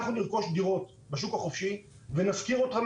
אנחנו נרכוש דירות בשוק החופשי ונשכיר אותן